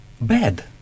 bad